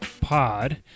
Pod